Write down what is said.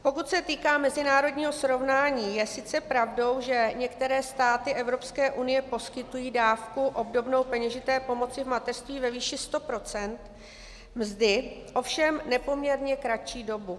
Pokud se týká mezinárodního srovnání, je sice pravdou, že některé státy Evropské unie poskytují dávku obdobnou peněžité pomoci v mateřství ve výši sto procent mzdy, ovšem nepoměrně kratší dobu.